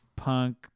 Punk